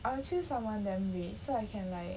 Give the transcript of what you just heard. I will choose someone damn rich so I can like